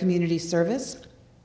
community service